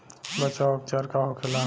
बचाव व उपचार का होखेला?